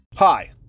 Hi